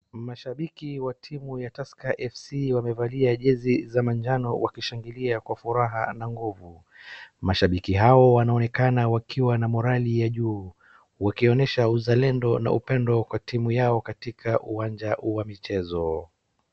Mashabiki wa timu ya Tusker fc wamevalia jersey za manjano wakishangilia kwa furaha na nguvu, mashabiki hao wanaonekana wakiwa na morale ya juu wakionesha uzalendo na upendo kwa timu yao katika uwanja wa michezo.